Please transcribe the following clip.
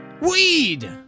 weed